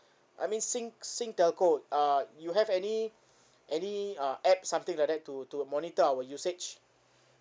I mean sing~ sing telco uh you have any any uh app something like that to to monitor our usage